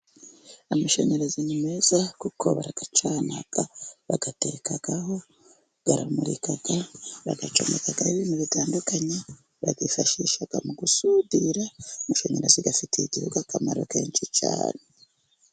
Amashanyarazi ni meza kuko barayacana, bayatekaho, bararamurika, bagacomekaho ibintu bitandukanye, bayifashisha mu gusudira, amashanyarazi afitiye igihugu akamaro kenshi cyane.